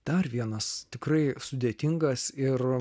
dar vienas tikrai sudėtingas ir